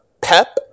PEP